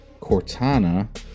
Cortana